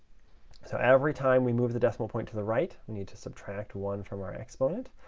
so every time we move the decimal point to the right, we need to subtract one from our exponent.